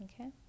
Okay